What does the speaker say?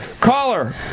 Caller